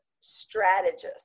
strategist